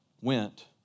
went